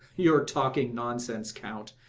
you are talking nonsense, count.